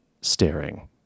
Staring